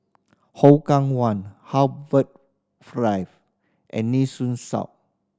Hougang One Harbour and Nee Soon South